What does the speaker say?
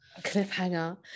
cliffhanger